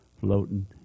floating